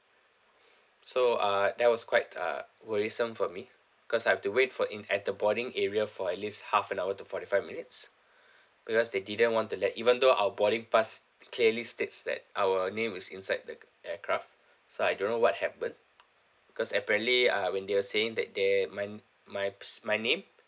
so uh that was quite uh worrisome for me because I have to wait for in at the boarding area for at least half an hour to forty five minutes because they didn't want to let even though our boarding pass clearly states that our name is inside the aircraft so I don't know what happened cause apparently uh when they are saying that they my my s~ my name